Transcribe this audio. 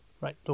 Right